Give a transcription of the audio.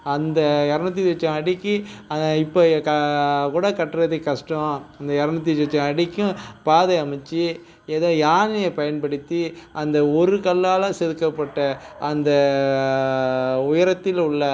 அந்த இரநூத்தி சொச்சம் அடிக்கி இப்போ க கூட கட்டுறது கஷ்டம் அந்த இரநூத்தி சொச்சம் அடிக்கும் பாதை அமைச்சு ஏதோ யானையை பயன்படுத்தி அந்த ஒரு கல்லால் செதுக்கப்பட்ட அந்த உயரத்தில் உள்ள